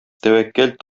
тәвәккәл